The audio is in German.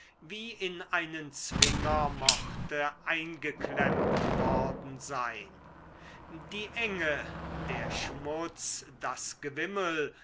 wie in einen zwinger mochte eingeklemmt worden sein die enge der schmutz das gewimmel